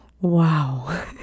wow